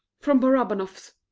from barabanoff's.